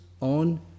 on